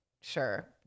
sure